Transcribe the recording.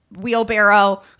wheelbarrow